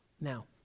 Now